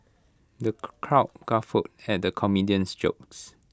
the crowd guffawed at the comedian's jokes